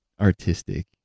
artistic